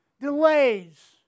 Delays